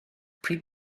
pryd